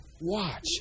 watch